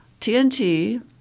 TNT